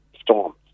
storms